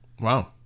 Wow